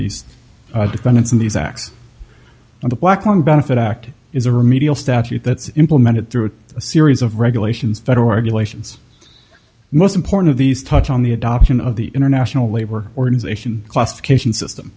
on the black on benefit act is a remedial statute that's implemented through a series of regulations federal regulations most important of these touch on the adoption of the international labor organization classification system